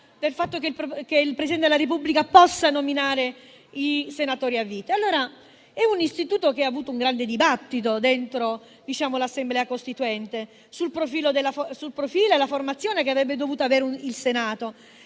previsione che il Presidente della Repubblica possa nominare i senatori a vita. Si tratta di un istituto su cui c'è stato un grande dibattito nell'Assemblea costituente, sul profilo e la formazione che avrebbe dovuto avere il Senato,